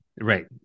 Right